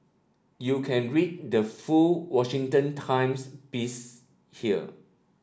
you can read the full Washington Times piece here